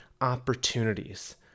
opportunities